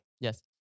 Yes